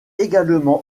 également